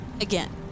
Again